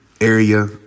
area